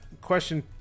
question